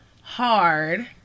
hard